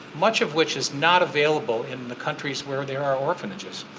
much of which is not available in the countries where there are orphanages.